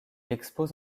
expose